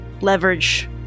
leverage